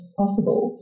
possible